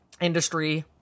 industry